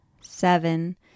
seven